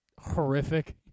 horrific